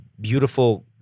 beautiful